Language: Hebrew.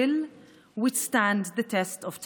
חיבור שנוצר מימי ההיסטוריה המשותפת שלנו,